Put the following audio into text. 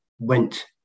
went